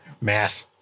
Math